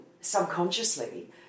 subconsciously